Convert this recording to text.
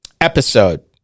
episode